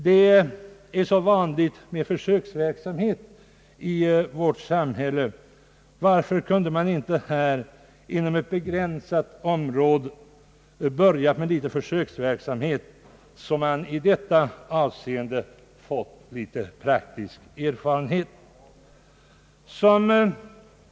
Det är så vanligt med försöksverksamhet i vårt samhälle, varför kunde man då inte inom ett begränsat område ha börjat med litet försöksverksamhet, så att man i detta avseende fått litet praktisk erfarenhet?